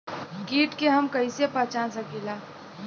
कीट के हम कईसे पहचान सकीला